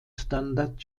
standard